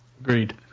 Agreed